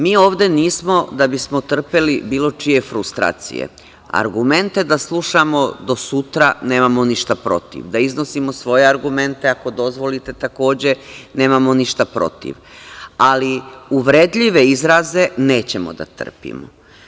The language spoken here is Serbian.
Mi ovde nismo da bismo trpeli bilo čije frustracije, argumente da slušamo do sutra nemamo ništa protiv, da iznosimo svoje argumente, ako dozvolite, takođe, nemamo ništa protiv, ali uvredljive izraze nećemo da trpimo.